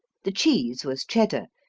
the cheese was cheddar,